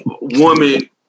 woman